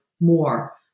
more